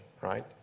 right